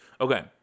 Okay